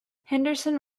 henderson